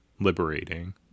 liberating